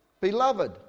Beloved